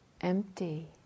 Empty